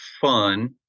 fun